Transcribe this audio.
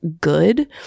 good